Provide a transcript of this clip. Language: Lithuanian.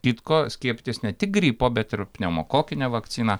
kitko skiepytis ne tik gripo bet ir pneumokokine vakcina